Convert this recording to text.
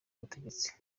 ubutegetsi